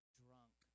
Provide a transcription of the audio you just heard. drunk